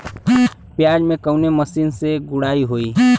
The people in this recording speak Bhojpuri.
प्याज में कवने मशीन से गुड़ाई होई?